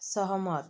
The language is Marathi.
सहमत